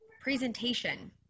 presentation